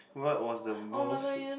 what was the most